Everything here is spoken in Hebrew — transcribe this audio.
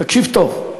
תקשיב טוב.